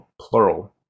plural